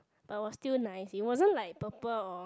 but we still nice it wasn't like purple or